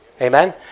Amen